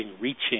reaching